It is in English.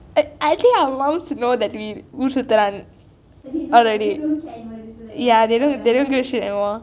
err I think our mums know that we ஊர் சுற்றுறான்:oor suttruraan ya they just don't give shit anymore